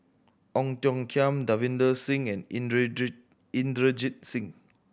Ong Tiong Khiam Davinder Singh and Inderjit Inderjit Singh